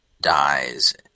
dies